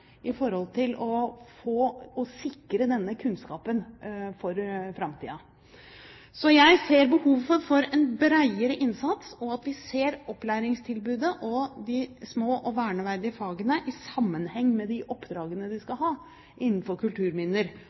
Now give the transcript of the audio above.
i forhold til å sikre denne kunnskapen for framtiden. Så jeg ser behov for en bredere innsats, og at vi ser opplæringstilbudet og de små og verneverdige fagene i sammenheng med de oppdragene de skal ha innenfor kulturminner